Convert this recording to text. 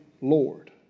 Lord